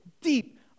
deep